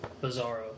Bizarro